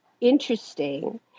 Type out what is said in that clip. interesting